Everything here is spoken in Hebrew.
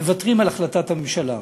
מוותרים על החלטת הממשלה.